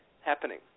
happening